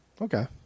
Okay